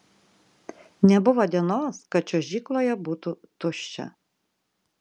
nebuvo dienos kad čiuožykloje būtų tuščia